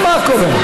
מה קורה?